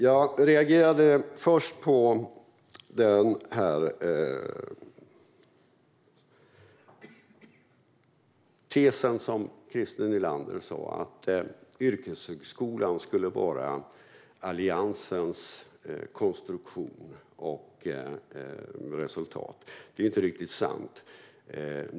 Jag reagerade på Christer Nylanders tes att yrkeshögskolan skulle vara Alliansens konstruktion och resultat. Det är inte riktigt sant.